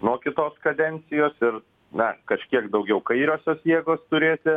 nuo kitos kadencijos ir na kažkiek daugiau kairiosios jėgos turėti